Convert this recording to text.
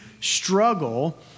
struggle